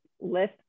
list